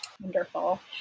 Wonderful